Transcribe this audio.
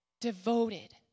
devoted